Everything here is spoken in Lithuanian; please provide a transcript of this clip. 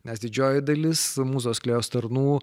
nes didžioji dalis mūzos klėjos tarnų